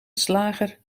slager